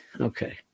Okay